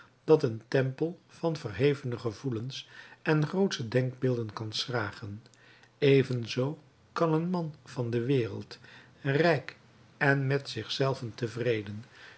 dat een tempel van verhevene gevoelens en grootsche denkbeelden kan schragen evenzoo kan een man van de wereld rijk en met zich zelven